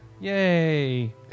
Yay